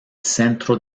centro